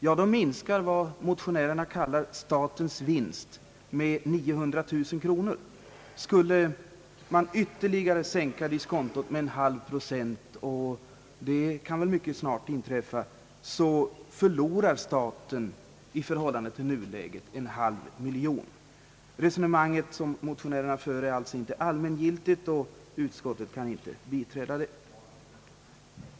Statens vinst minskas då med 900 000 kronor. Skulle diskontot sänkas med ytterligare en halv procent, vilket mycket väl kan inträffa, förlorar staten i förhållande till nuläget ytterligare en halv miljon. Det resonemang som motionärerna för är alltså inte allmängiltigt, och utskottet kan inte biträda det.